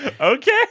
Okay